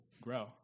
grow